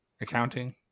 accounting